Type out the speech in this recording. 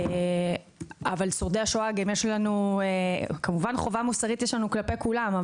וכמובן שיש לנו חובה מוסרית כלפי כולם,